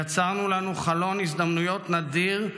יצרנו לנו חלון הזדמנויות נדיר,